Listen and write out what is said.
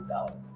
out